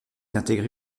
intégré